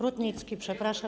Rutnicki, przepraszam